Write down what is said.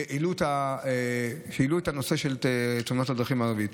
שהעלו את הנושא של תאונות הדרכים לערבים.